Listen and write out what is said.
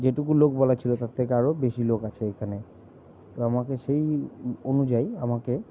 যেটুকু লোক বলা ছিল তার থেকে আরও বেশি লোক আছে এখানে তো আমাকে সেই অনুযায়ী আমাকে